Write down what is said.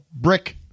brick